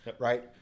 right